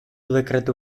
dekretu